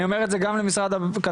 אני אומר את זה דגם למשרד הכלכלה,